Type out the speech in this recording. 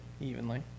evenly